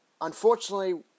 Unfortunately